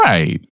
Right